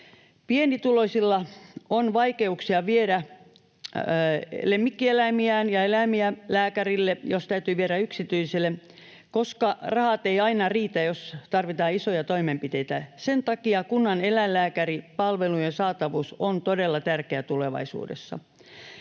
Pienituloisilla on vaikeuksia viedä eläimiään lääkärille, jos täytyy viedä yksityiselle, koska rahat eivät aina riitä, jos tarvitaan isoja toimenpiteitä. Sen takia kunnan eläinlääkäripalvelujen saatavuus on todella tärkeää tulevaisuudessa.